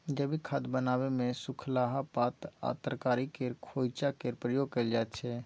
जैबिक खाद बनाबै मे सुखलाहा पात आ तरकारी केर खोंइचा केर प्रयोग कएल जाइत छै